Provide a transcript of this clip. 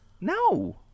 No